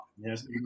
Yes